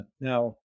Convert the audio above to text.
Now